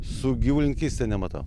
su gyvulininkyste nematau